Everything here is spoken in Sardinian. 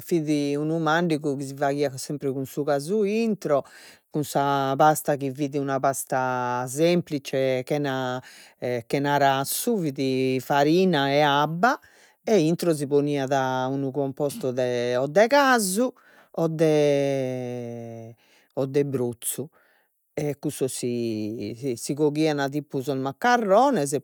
fit unu mandigu chi si faghiat sempre cun su casu intro cun sa pasta chi fit una pasta semplice, chena chena rassu fit farina e abba, e intro si poniat unu compostu de casu, o de o de brozzu e cussos si si coghian tipu sos maccarrones.